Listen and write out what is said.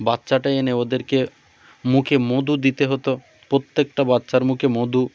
বাচ্চাটা এনে ওদেরকে মুখে মধু দিতে হতো প্রত্যেকটা বাচ্চার মুখে মধু